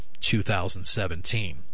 2017